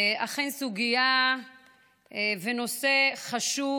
אכן סוגיה ונושא חשוב,